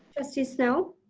trustee snell.